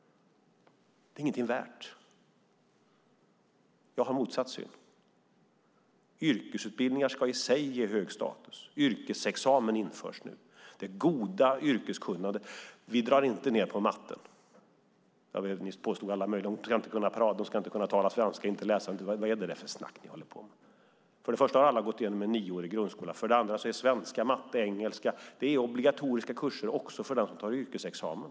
Den är inget värd. Jag har motsatt syn. Yrkesutbildningar ska i sig ge hög status. Yrkesexamen införs. Det handlar om det goda yrkeskunnandet. Vi drar inte ned på matten. Ni påstod att de inte ska kunna tala svenska eller läsa. Vad är det för snack? För det första har alla gått igenom en nioårig grundskola. För det andra är svenska, matte och engelska obligatoriska kurser också för den som tar yrkesexamen.